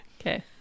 Okay